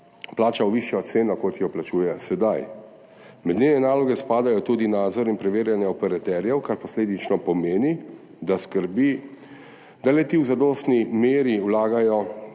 plačal višjo ceno, kot jo plačuje sedaj. Med njene naloge spadata tudi nadzor in preverjanje operaterjev, kar posledično pomeni, da skrbi, da le-ti v zadostni meri vlagajo